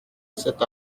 s’est